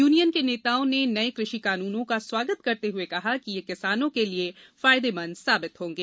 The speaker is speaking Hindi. यूनियन के नेताओं ने नए कृषि कानूनों का स्वागत करते हुए कहा कि ये किसानों के लिए फायदेमंद साबित होंगे